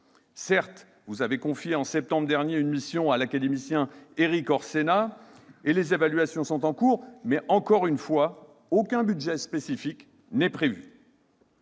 Certes, vous avez confié, au mois de septembre dernier, une mission à l'académicien Érik Orsenna et les évaluations sont en cours, mais, encore une fois, aucun budget spécifique n'est prévu.